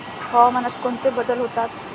हवामानात कोणते बदल होतात?